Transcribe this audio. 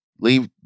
leave